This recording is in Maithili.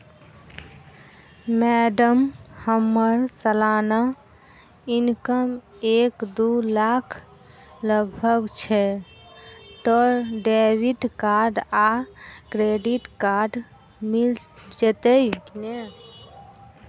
मैडम हम्मर सलाना इनकम एक दु लाख लगभग छैय तऽ डेबिट कार्ड आ क्रेडिट कार्ड मिल जतैई नै?